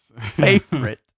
favorite